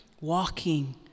walking